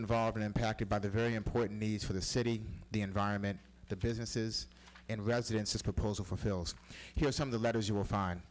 involved in impacted by the very important needs for the city the environment the businesses and residences proposal for fills here some of the letters you will find